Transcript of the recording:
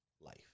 life